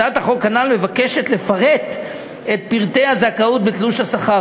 הצעת החוק הנ"ל מבקשת לפרט את פרטי הזכאות בתלוש שכר.